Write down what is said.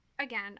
Again